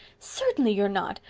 certainly you're not.